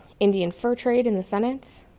indian fur trade in the senate.